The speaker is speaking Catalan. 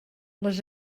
les